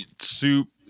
Soup